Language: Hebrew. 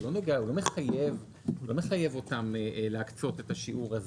הוא לא מחייב אותם להקצות את השיעור הזה.